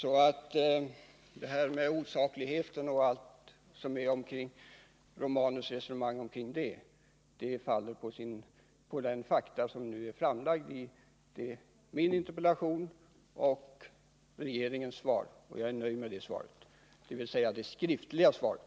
Gabriel Romanus resonemang om bl.a. osaklighet faller på de fakta som är framlagda i min interpellation och i utrikesministerns skriftliga svar, som jag är nöjd med.